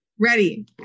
Ready